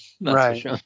right